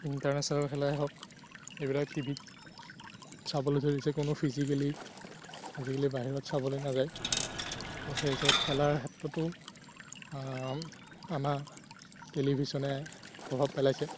international খেলাই হওক এইবিলাক টিভিত চাবলৈ ধৰিছে কোনো ফিজিকেলি আজিকালি বাহিৰত চাবলৈ নাযায় ত' সেই হিচাপত খেলাৰ ক্ষেত্ৰতো আমাক টেলিভিছনে প্ৰভাৱ পেলাইছে